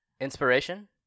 Inspiration